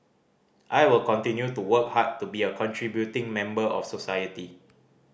I will continue to work hard to be a contributing member of society